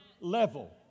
level